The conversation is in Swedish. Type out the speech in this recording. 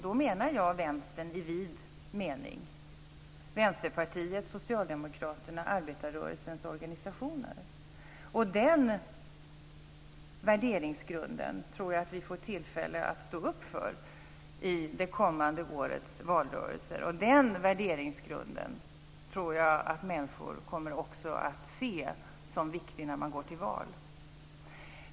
Då menar jag Vänstern i vid mening: Vänsterpartiet, Socialdemokraterna och arbetarrörelsens organisationer. Den värderingsgrunden tror jag att vi får tillfälle att stå upp för i det kommande årets valrörelse. Den värderingsgrunden tror jag att människor också kommer att se som viktig när man går till val.